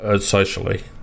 socially